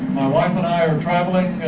wife and i are traveling,